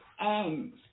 end